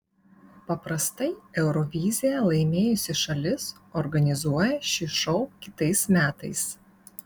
paprastai euroviziją laimėjusi šalis organizuoja šį šou kitais metais